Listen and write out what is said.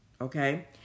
Okay